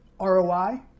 ROI